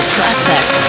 Prospect